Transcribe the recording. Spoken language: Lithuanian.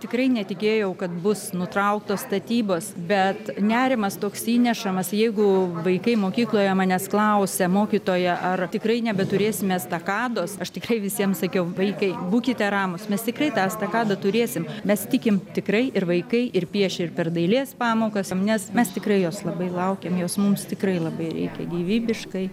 tikrai netikėjau kad bus nutrauktos statybos bet nerimas toks įnešamas jeigu vaikai mokykloje manęs klausia mokytoja ar tikrai nebeturėsime estakados aš tikrai visiems sakiau vaikai būkite ramūs mes tikrai tą estakadą turėsim mes tikim tikrai ir vaikai ir pieš ir per dailės pamokas nes mes tikrai jos labai laukėm jos mums tikrai labai reikia gyvybiškai